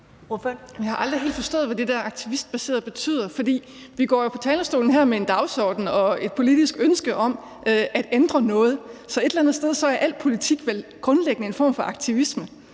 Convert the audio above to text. Jeg har aldrig helt forstået, hvad det der »aktivistbaseret« betyder. For vi går jo på talerstolen her med en dagsorden og et politisk ønske om at ændre noget, så et eller andet sted er al politik vel grundlæggende en form for aktivisme,